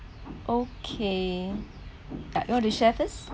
okay you want to share first